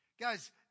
Guys